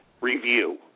review